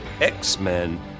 X-Men